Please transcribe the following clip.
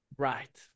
Right